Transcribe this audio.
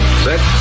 set